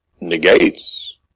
negates